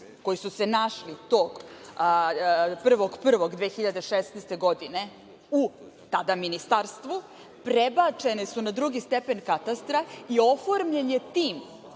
koji su se našli tog 1.1.2016. godine, u tada Ministarstvu, prebačeni su na drugi stepen Katastra i oformljen je tim